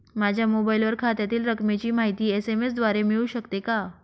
माझ्या मोबाईलवर खात्यातील रकमेची माहिती एस.एम.एस द्वारे मिळू शकते का?